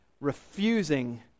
refusing